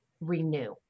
renew